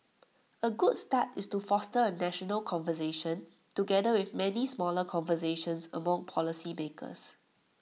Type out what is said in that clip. A good start is to foster A national conversation together with many smaller conversations among policy makers